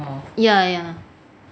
ya ya